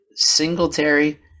Singletary